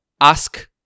ask